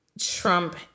trump